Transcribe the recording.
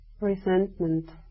resentment